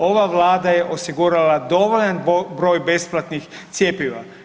Ova Vlada je osigurala dovoljan broj besplatnih cjepiva.